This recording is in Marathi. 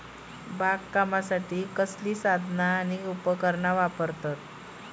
बागकामासाठी कसली साधना आणि उपकरणा वापरतत?